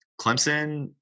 Clemson